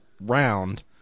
round